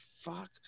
fuck